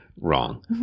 Wrong